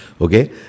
okay